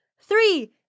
three